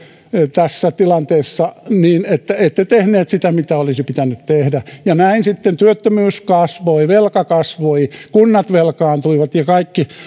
tässä tilanteessa niin että ette tehneet sitä mitä olisi pitänyt tehdä ja näin sitten työttömyys kasvoi velka kasvoi kunnat velkaantuivat ja kaikki